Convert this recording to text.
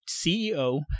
CEO